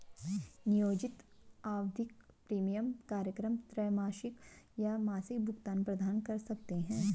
नियोजित आवधिक प्रीमियम कार्यक्रम त्रैमासिक या मासिक भुगतान प्रदान कर सकते हैं